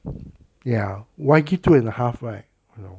ya why kid two and a half right